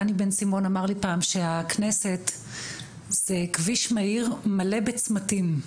דני בן סימון אמר לי פעם שהכנסת זה כביש מהיר מלא בצמתים,